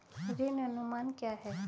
ऋण अनुमान क्या है?